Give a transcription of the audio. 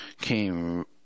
came